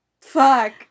fuck